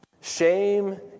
Shame